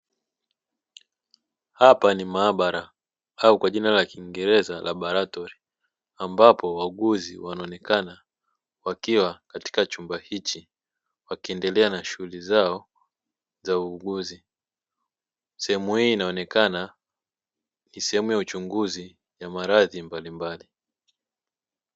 Hapa ni maabara au kwa jina la kingereza"laboratory"; ambapo wauguzi wanaonekana wakiwa katika chumba hichi wakiendelea na shughuli zao za uuguzi, sehemu hii inaonekana ni sehemu ya uchunguzi wa maradhi mbalimbali.